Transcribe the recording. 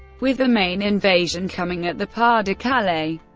with the main invasion coming at the pas-de-calais.